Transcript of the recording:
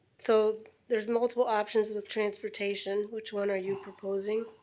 so there's multiple options in the transportation. which one are you proposing?